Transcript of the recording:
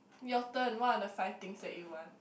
your turn what are the five things that you want